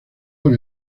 con